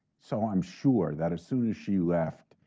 so i'm sure that as soon as she left,